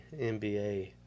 NBA